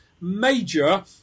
major